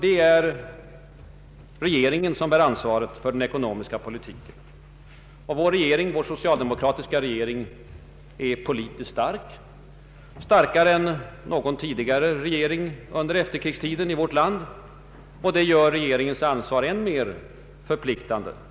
Det är regeringen som bär ansvaret för den ekonomiska politiken. Vår socialdemokratiska regering är politiskt stark, starkare än någon tidigare regering under efterkrigstiden i vårt land, vilket gör regeringens ansvar än mer förpliktande.